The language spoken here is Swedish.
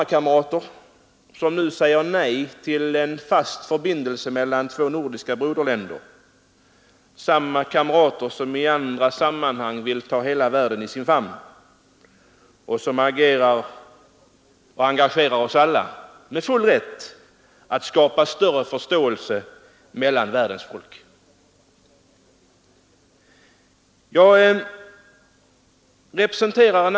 De som nu säger nej till en fast förbindelse mellan två nordiska broderländer är samma kammarkamrater som i andra sammanhang vill ta hela världen i sin famn och som — med full rätt — agerar för att skapa större förståelse mellan världens folk och engagerar oss alla i det.